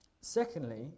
Secondly